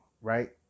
right